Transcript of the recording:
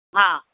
हा